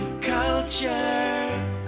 culture